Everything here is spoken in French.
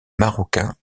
marocain